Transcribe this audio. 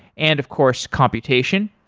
and of course, computation.